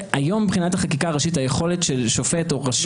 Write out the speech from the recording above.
היום מבחינת החקיקה הראשית היכולת של שופט או רשם